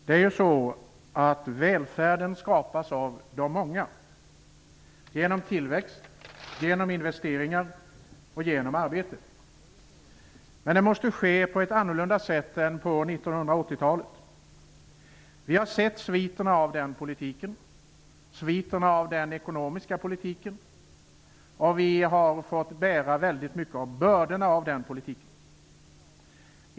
Herr talman! Välfärden skapas av de många genom tillväxt, genom investeringar och genom arbete. Men det måste ske på ett annorlunda sätt än det som man tillämpade på 1980-talet. Vi har sett sviterna av den ekonomiska politiken, och vi har fått bära väldigt mycket av bördorna av den politiken.